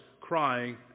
crying